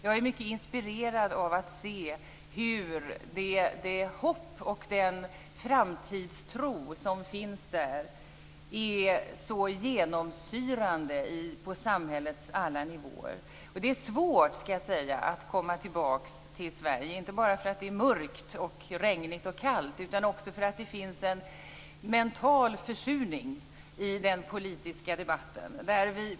Jag är mycket inspirerad av att se hur det hopp och den framtidstro som finns där är så genomsyrande på samhällets alla nivåer. Det är svårt, skall jag säga, att komma tillbaka till Sverige. Inte bara för att det är mörkt, regnigt och kallt, utan också för att det finns en mental försurning i den politiska debatten.